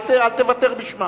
אל תוותר בשמם.